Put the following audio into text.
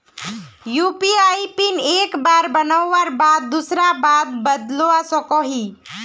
UPI PIN एक बार बनवार बाद दूसरा बार बदलवा सकोहो ही?